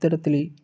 ഇത്തരത്തിൽ